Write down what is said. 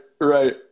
right